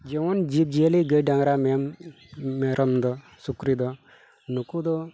ᱡᱮᱢᱚᱱ ᱡᱤᱵ ᱡᱤᱭᱟᱹᱞᱤ ᱜᱟᱹᱭ ᱰᱟᱝᱨᱟ ᱢᱮᱨᱚᱢ ᱫᱚ ᱥᱩᱠᱨᱤ ᱫᱚ ᱱᱩᱠᱩ ᱫᱚ